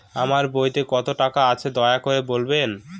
আমার বইতে কত টাকা আছে দয়া করে বলবেন?